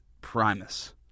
Primus